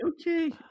Okay